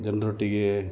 ಜನರೊಟ್ಟಿಗೆ